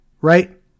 right